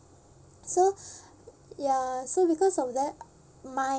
so ya so because of that my